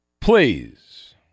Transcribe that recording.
please